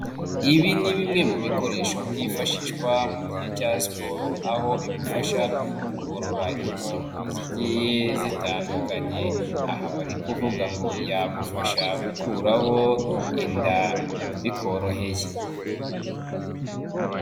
Ibi ni bimwe mu bikoresho byifashishwa mu gihe cya siporo, aho bigufasha kugorora ingingo zigiye zitandukanye; aha bari kuvuga ngo ''yagufasha gukuraho inda bikoroheye''.